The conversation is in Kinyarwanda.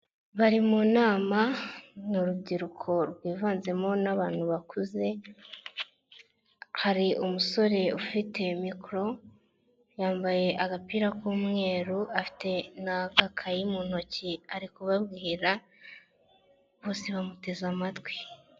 Bari mu nama ni rubyiruko rwivanzemo n'abantu bakuze, hari umusore ufite mikoro yambaye agapira k'umweru afite n'agakayi mu ntoki ari kubabwira, bose bamuteze amatwi.